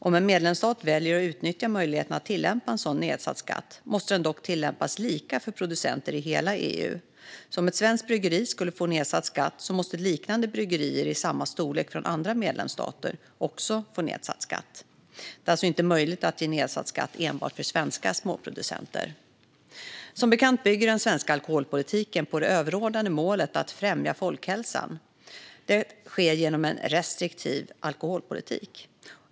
Om en medlemsstat väljer att utnyttja möjligheten att tillämpa en sådan nedsatt skatt måste den dock tillämpas lika för producenter i hela EU. Om ett svenskt bryggeri skulle få nedsatt skatt måste liknande bryggerier av samma storlek från andra medlemsstater också få nedsatt skatt. Det är alltså inte möjligt att ge nedsatt skatt enbart för svenska småproducenter. Som bekant bygger den svenska alkoholpolitiken på det överordnade målet att främja folkhälsan. Det sker genom en restriktiv alkoholpolitik.